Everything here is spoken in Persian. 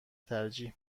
ترجیح